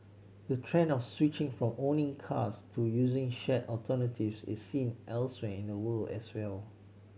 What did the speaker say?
the trend of switching from owning cars to using shared alternatives is seen elsewhere in the world as well